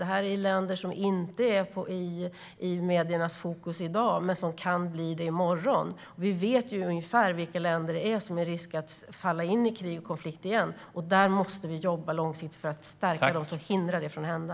Det är länder som inte är i fokus för medierna i dag men som kan bli det i morgon. Vi vet ungefär vilka länder det är som löper risk att falla tillbaka i krig och konflikt, och där måste vi jobba långsiktigt för att stärka dem som hindrar det från att hända.